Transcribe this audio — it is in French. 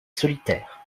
solitaire